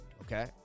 okay